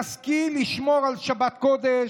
נשכיל לשמור שבת קודש,